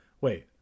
Wait